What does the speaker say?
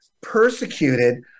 persecuted